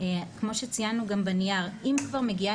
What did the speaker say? כמו שציינו גם בנייר אם כבר מגיעה